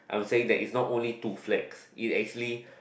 I'm saying that it's not only to flex it actually